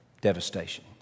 devastation